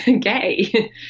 gay